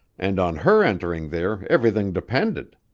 and on her entering there everything depended.